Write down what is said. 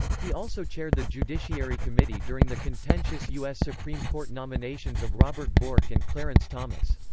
he also chaired the judiciary committee during the contentious u s. supreme court nominations of robert bork and clarence thomas.